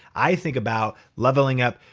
i think about leveling up.